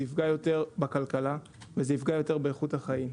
זה יפגע יותר בכלכלה וזה יפגע יותר באיכות החיים.